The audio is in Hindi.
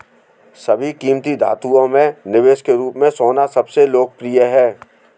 सभी कीमती धातुओं में निवेश के रूप में सोना सबसे लोकप्रिय है